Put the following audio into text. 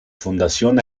fundación